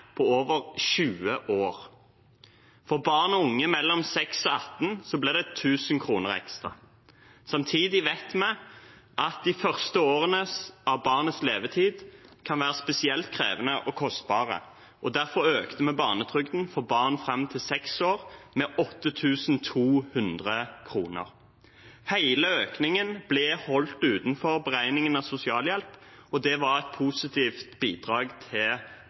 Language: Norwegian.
på over 20 år. For barn og unge mellom 6 og 18 år ble det 1 000 kr ekstra. Samtidig vet vi at de første årene av barnets levetid kan være spesielt krevende og kostbare. Derfor økte vi barnetrygden for barn opp til 6 år med 8 200 kr. Hele økningen ble holdt utenfor beregningen av sosialhjelp, og det var et positivt bidrag særlig til